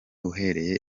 uhereye